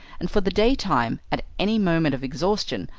and for the daytime, at any moment of exhaustion,